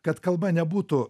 kad kalba nebūtų